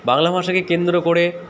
বাংলা ভাষাকে কেন্দ্র করে